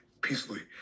peacefully